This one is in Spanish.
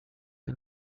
del